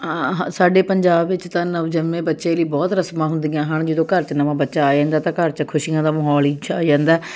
ਹਾਂ ਸਾਡੇ ਪੰਜਾਬ ਵਿੱਚ ਤਾਂ ਨਵਜੰਮੇ ਬੱਚੇ ਲਈ ਤਾਂ ਬਹੁਤ ਰਸਮਾਂ ਹੁੰਦੀਆਂ ਹਨ ਜਦੋਂ ਘਰ 'ਚ ਨਵਾਂ ਬੱਚਾ ਆ ਜਾਂਦਾ ਤਾਂ ਘਰ 'ਚ ਖੁਸ਼ੀਆਂ ਦਾ ਮਹੌਲ ਹੀ ਛਾ ਜਾਂਦਾ